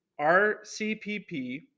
RCPP